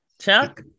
Chuck